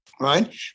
right